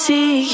See